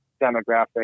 demographic